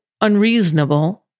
unreasonable